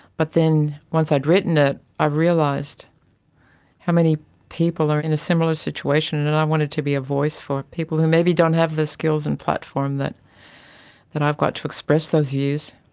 but then once i'd written it, i realised how many people are in a similar situation and and i wanted to be a voice for people who maybe don't have the skills and platform that that i've got to express those views.